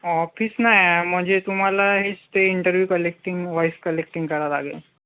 office नाही आहे म्हणजे तुम्हाला हेच ते इंटरव्यू कलेक्टींग वाईस कलेक्टींग करावं लागेल